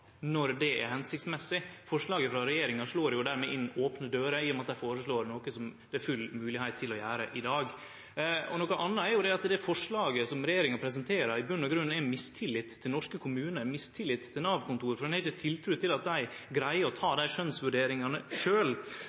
når det er hensiktsmessig. Forslaget frå regjeringa slår dermed inn opne dører, i og med at dei føreslår noko som det er fullt mogleg å gjere i dag. Noko anna er at det forslaget som regjeringa presenterer, i grunnen er mistillit til norske kommunar og til Nav-kontor, for ein har ikkje tru på at dei greier å ta dei